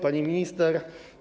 Pani Minister!